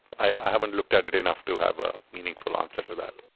i haven't looked at it enough to have a meaningful answer to that.